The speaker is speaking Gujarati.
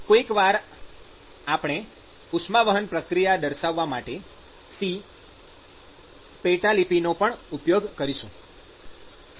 કોઈક વાર આપણે ઉષ્માવહન પ્રક્રિયા દર્શાવવા માટે "c" પેટાલિપિ નો પણ ઉપયોગ કરીશું